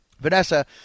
Vanessa